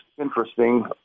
interesting